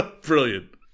Brilliant